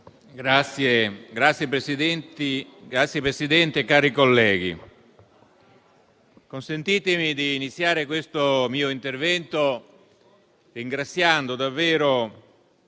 Signor Presidente, onorevoli colleghi, consentitemi di iniziare questo mio intervento ringraziando davvero